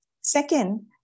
Second